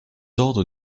ordres